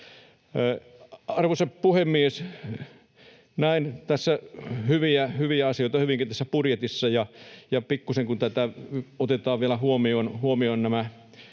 Arvoisa puhemies! Näen hyviä asioita, hyvinkin, tässä budjetissa, ja pikkusen kun otetaan vielä huomioon